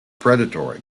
predatory